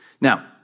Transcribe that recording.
Now